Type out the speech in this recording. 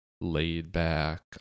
laid-back